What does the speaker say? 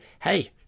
hey